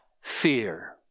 fear